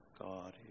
God